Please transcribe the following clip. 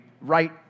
right